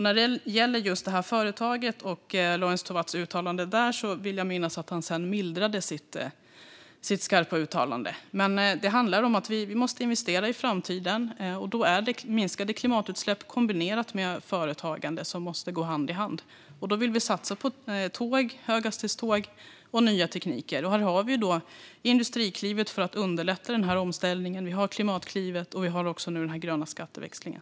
När det gäller just Lorentz Tovatts uttalande om detta företag vill jag minnas att han sedan mildrade sitt skarpa uttalande. Men det handlar om att vi måste investera i framtiden. Då är det minskade klimatutsläpp kombinerat med företagande som måste gå hand i hand. Då vill vi satsa på tåg, höghastighetståg, och nya tekniker. Här har vi Industriklivet för att underlätta denna omställning. Vi har också Klimatklivet. Nu har vi även den gröna skatteväxlingen.